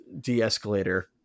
de-escalator